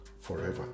forever